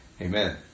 amen